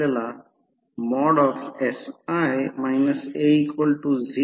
कोणता विभाजित करू शकतो 2200